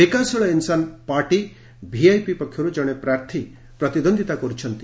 ବିକାଶଶୀଳ Insaan party VIP ପକ୍ଷରୁ ଜଣେ ପ୍ରାର୍ଥୀ ପ୍ରତିଦ୍ୱନ୍ଦିତା କରୁଛନ୍ତି